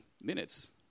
minutes